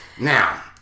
Now